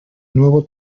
nuevo